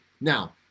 Now